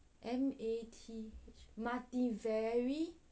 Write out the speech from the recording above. M A T H mathiveri